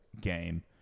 game